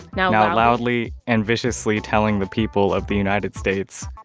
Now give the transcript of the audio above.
now loudly and viciously telling the people of the united states,